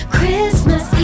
Christmas